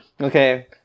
Okay